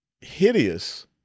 hideous